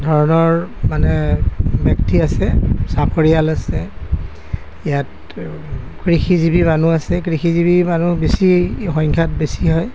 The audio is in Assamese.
ধৰণৰ মানে ব্যক্তি আছে চাকৰিয়াল আছে ইয়াত কৃষিজীৱি মানুহ আছে কৃষিজীৱি মানুহ বেছি সংখ্যাত বেছি হয়